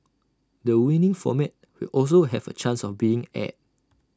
the winning format will also have A chance of being aired